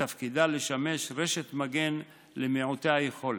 שתפקידה לשמש רשת מגן למעוטי היכולת.